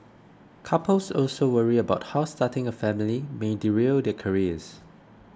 couples also worry about how starting a family may derail their careers